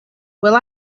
will